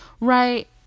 Right